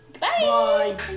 Bye